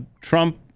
Trump